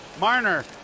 Marner